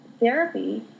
therapy